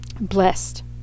blessed